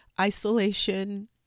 isolation